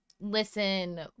listen